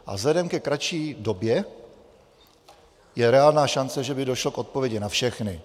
A vzhledem ke kratší době je reálná šance, že by došlo k odpovědi na všechny.